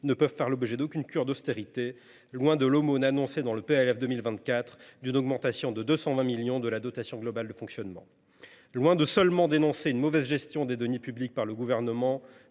ne sauraient faire l’objet d’aucune cure d’austérité, loin de l’aumône annoncée dans le PLF 2024 d’une augmentation de 220 millions d’euros de la dotation globale de fonctionnement. Loin de seulement pointer du doigt une mauvaise gestion des deniers publics par le Gouvernement,